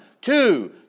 two